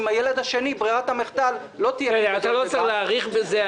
הילד השני ברירת המחדל לא תהיה --- אתה לא צריך להאריך בזה.